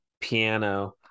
piano